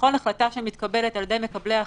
זה מה שרציתי להראות לאדוני.